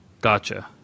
Gotcha